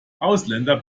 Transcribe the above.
ausländer